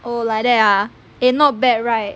oo like that ah eh not bad right